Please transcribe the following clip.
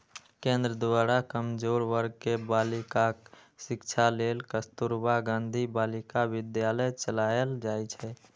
केंद्र द्वारा कमजोर वर्ग के बालिकाक शिक्षा लेल कस्तुरबा गांधी बालिका विद्यालय चलाएल जाइ छै